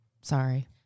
Sorry